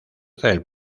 del